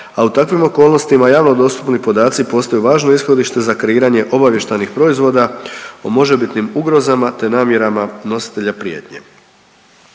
a u takvim okolnostima javno dostupni podaci postaju važno ishodište za kreiranje obavještajnih proizvoda o možebitnim ugrozama te namjerama nositelja prijetnje.